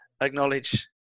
acknowledge